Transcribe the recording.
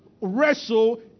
wrestle